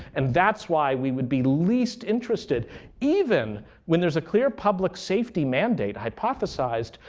and that's why we would be least interested even when there's a clear public safety mandate hypothesized,